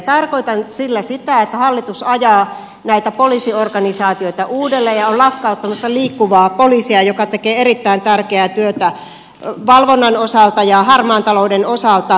tarkoitan sillä sitä että hallitus ajaa näitä poliisiorganisaatioita uudelleen ja on lakkauttamassa liikkuvaa poliisia joka tekee erittäin tärkeää työtä valvonnan osalta ja harmaan talouden osalta